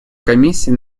комиссии